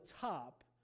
top